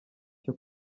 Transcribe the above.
cyo